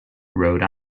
rhode